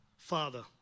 father